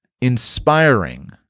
inspiring